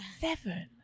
Seven